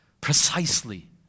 Precisely